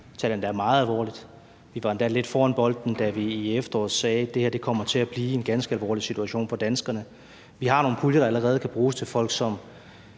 det endda meget alvorligt. Vi var endda lidt foran bolden, da vi i efteråret sagde, at det her kommer til at blive en ganske alvorlig situation for danskerne. Vi har nogle puljer, der allerede kan bruges til folk som